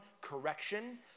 correction